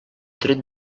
tret